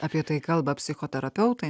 apie tai kalba psichoterapeutai